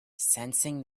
sensing